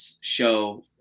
show